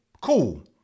cool